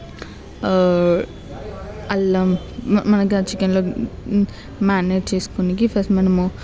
అల్లం మనకి చికెన్లోకి మారినేడ్ చేసుకోడానికి ఫస్ట్ మనము